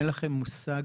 אין לכם מושג